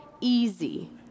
easy